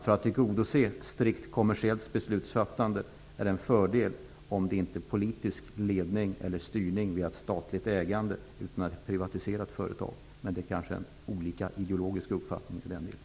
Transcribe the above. För att tillgodose ett strikt kommersiellt beslutsfattande är det en fördel om det inte är fråga om en politisk ledning och styrning via ett statligt ägande utan att det skall vara ett privatiserat företag. Men det är nog fråga om olika ideologiska uppfattningar i den delen.